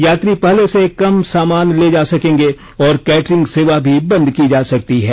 यात्री पहले से कम सामान ले जा सकेंगे और केटरिंग सेवा भी बंद की जा सकती है